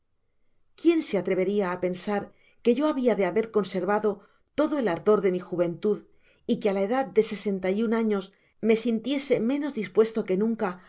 quién se atreveria á pensar que yo habia de haber conservado todo el ardor de mi juventud y que á la edad de sesenta y un años me sintiese menos dispuesto que nunca